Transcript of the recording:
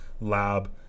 lab